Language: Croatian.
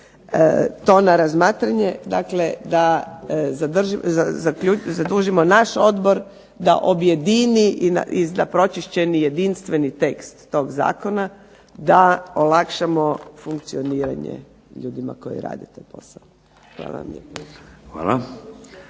to na razmatranje. Dakle, da zadužimo naš odbor da objedini, da pročišćeni jedinstveni tekst tog zakona da olakšamo funkcioniranje ljudima koji rade taj posao. Hvala vam lijepa.